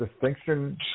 distinction